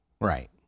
Right